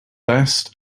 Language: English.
best